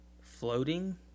floating